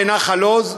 בנחל-עוז.